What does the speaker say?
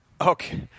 okay